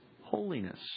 holiness